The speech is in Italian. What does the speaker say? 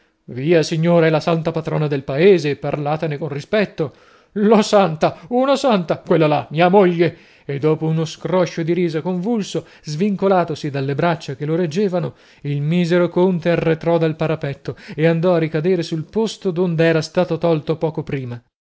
via signore è la santa patrona del paese parlatene con rispetto la santa una santa quella là mia moglie e dopo uno scroscio di risa convulso svincolatosi dalle braccia che lo reggevano il misero conte arretrò dal parapetto e andò a ricadere sul posto donde era stato tolto poco prima